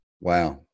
Wow